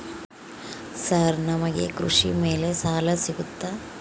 Sir ನಮಗೆ ಕೃಷಿ ಮೇಲೆ ಸಾಲ ಸಿಗುತ್ತಾ?